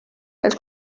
els